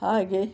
ಹಾಗೆ